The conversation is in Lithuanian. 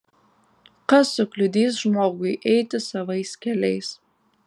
kas sukliudys žmogui eiti savais keliais